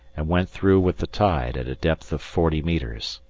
and went through with the tide at a depth of forty metres.